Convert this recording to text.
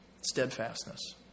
Steadfastness